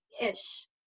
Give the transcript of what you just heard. ish